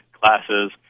classes